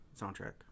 soundtrack